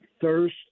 thirst